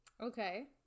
Okay